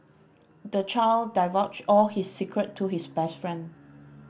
the child divulged all his secret to his best friend